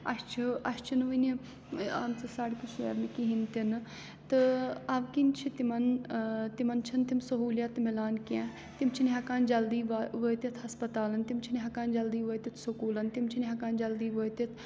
اَسہِ چھُ اَسہِ چھِنہٕ وٕنہِ آمژٕ سَڑکہِ شیرنہِ کِہیٖنۍ تہِ نہٕ تہٕ اَو کِنۍ چھِ تِمن تِمن چھِنہٕ تِم سہوٗلیت مِلان کیٚنٛہہ تِم چھِنہٕ ہٮ۪کان جلدی وٲتِتھ ہَسپَتالَن تِم چھِنہٕ ہٮ۪کان جلدی وٲتِتھ سُکوٗلَن تِم چھِنہٕ ہٮ۪کان جلدی وٲتِتھ